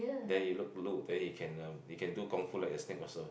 then you look look then you can uh you can do kung-fu like a snake also